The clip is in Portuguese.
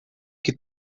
que